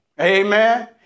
Amen